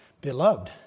Beloved